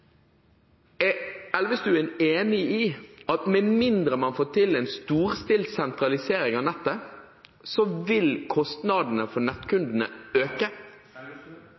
representanten Elvestuen enig i at med mindre man får til en storstilt sentralisering av nettet, vil kostnadene for nettkundene øke?